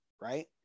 right